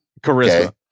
Charisma